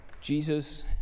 Jesus